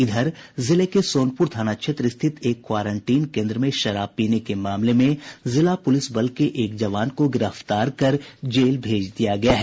इधर जिले के सोनपुर थाना क्षेत्र के क्वारंटीन केन्द्र में शराब पीने के मामले में जिला पुलिस बल के एक जवान को गिरफ्तार कर जेल भेज दिया गया है